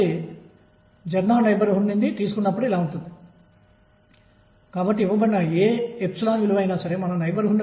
అందువల్ల నేను దీన్ని 20Lp dxగా వ్రాయగలను